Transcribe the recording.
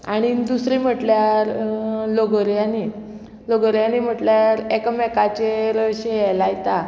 आनी दुसरें म्हटल्यार लोगोऱ्यांनी लोगोर्यांनी म्हटल्यार एकामेकाचेर अशें हें लायता